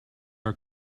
are